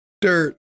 dirt